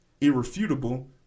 irrefutable